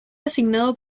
designado